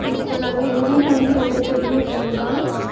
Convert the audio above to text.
இப்போ நாங்கள் எங்கள் வீட்டில் வந்து ரெண்டு பேருமே பொண்ணுதான்